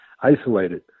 isolated